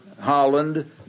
Holland